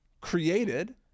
created